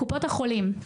קופות החולים: